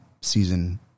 season